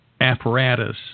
apparatus